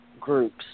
groups